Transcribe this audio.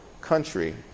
country